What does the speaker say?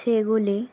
সেইগুলি